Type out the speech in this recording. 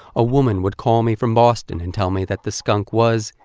a woman would call me from boston and tell me that the skunk was,